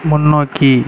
முன்னோக்கி